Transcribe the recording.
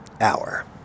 hour